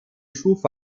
schufa